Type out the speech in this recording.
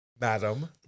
madam